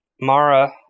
Mara